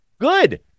Good